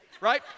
Right